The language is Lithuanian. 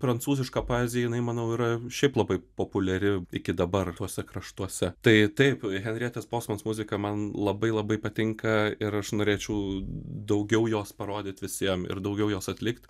prancūziška poezija jinai manau yra šiaip labai populiari iki dabar tuose kraštuose tai taip henrietos bosmans muzika man labai labai patinka ir aš norėčiau daugiau jos parodyt visiem ir daugiau jos atlikt